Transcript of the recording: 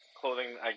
clothing